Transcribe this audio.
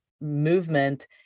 movement